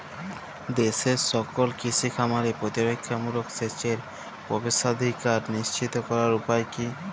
দেশের সকল কৃষি খামারে প্রতিরক্ষামূলক সেচের প্রবেশাধিকার নিশ্চিত করার উপায় কি?